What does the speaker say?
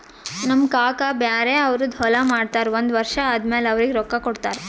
ನಮ್ ಕಾಕಾ ಬ್ಯಾರೆ ಅವ್ರದ್ ಹೊಲಾ ಮಾಡ್ತಾರ್ ಒಂದ್ ವರ್ಷ ಆದಮ್ಯಾಲ ಅವ್ರಿಗ ರೊಕ್ಕಾ ಕೊಡ್ತಾರ್